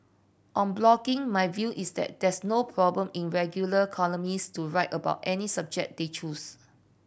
on blogging my view is that there's no problem in regular columnists to write about any subject they choose